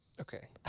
Okay